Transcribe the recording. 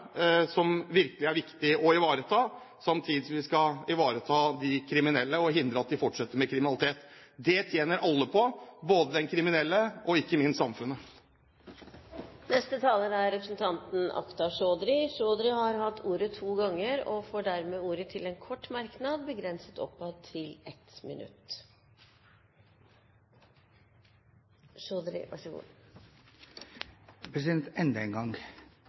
som virkelig er viktig å ivareta, samtidig som vi skal ivareta de kriminelle og hindre at de fortsetter med kriminalitet. Det tjener alle på, både den kriminelle og – ikke minst – samfunnet. Representanten Akhtar Chaudhry har hatt ordet to ganger og får ordet til en kort merknad, begrenset til 1 minutt. Enda en gang: